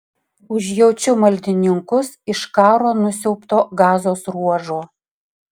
užjaučiu maldininkus iš karo nusiaubto gazos ruožo